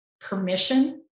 permission